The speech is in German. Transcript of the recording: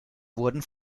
wurden